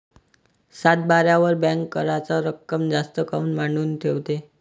सातबाऱ्यावर बँक कराच रक्कम जास्त काऊन मांडून ठेवते?